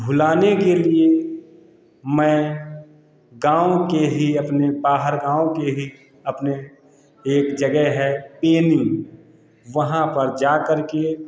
भुलाने के लिए मैं गाँव के ही अपने बाहर गाँव के ही अपने एक जगह है पेनी वहाँ पर जाकर के